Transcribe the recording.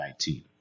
2019